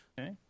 okay